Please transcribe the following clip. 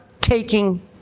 taking